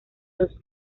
los